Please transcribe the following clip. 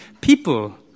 people